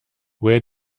where